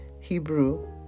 Hebrew